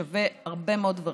שווה הרבה מאוד דברים.